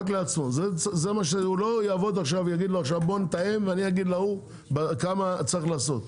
הוא לא יעבוד עכשיו ויגיד בוא נתאם ואני אגיד להוא כמה צריך לעשות.